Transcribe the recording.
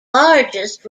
largest